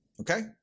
okay